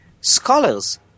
scholars